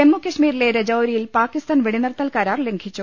ജമ്മുകശ്മീരിലെ രജൌരിയിൽ പാകിസ്ഥാൻ വെടിനിർത്തൽ കരാർ ലംഘിച്ചു